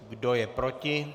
Kdo je proti?